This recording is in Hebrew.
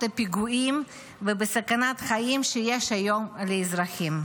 הפיגועים ובסכנת החיים שיש היום לאזרחים.